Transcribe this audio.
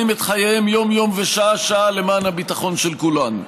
את חייהם יום-יום ושעה-שעה למען הביטחון של כולנו.